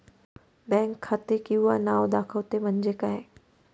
Bank खाते किंवा नाव दाखवते म्हणजे काय?